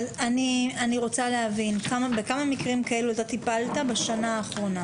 אני רוצה להבין בכמה מקרים כאלו אתה טיפלת בשנה האחרונה?